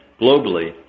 globally